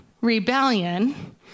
rebellion